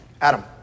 Adam